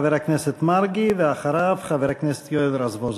חבר הכנסת מרגי, ואחריו, חבר הכנסת יואל רזבוזוב.